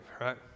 right